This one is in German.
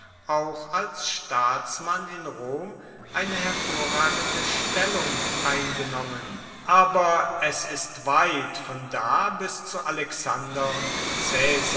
auch als staatsmann in rom eine hervorragende stellung eingenommen aber es ist weit von da bis zu alexander und